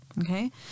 okay